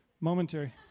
momentary